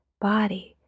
body